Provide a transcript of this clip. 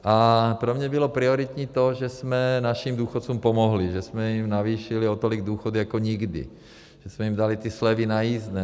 A pro mě bylo prioritní to, že jsme našim důchodcům pomohli, že jsme jim navýšili o tolik důchody jako nikdy, že jsme jim dali ty slevy na jízdné.